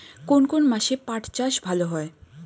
কোন কোন মাসে পাট চাষ ভালো হয়?